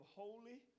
holy